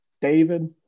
David